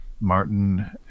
Martin